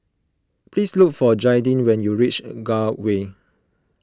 please look for Jaidyn when you reach Gul Way